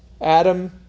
Adam